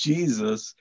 Jesus